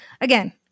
again